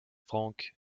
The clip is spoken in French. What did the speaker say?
frank